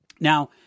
Now